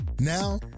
Now